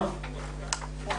בבקשה.